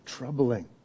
troubling